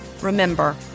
Remember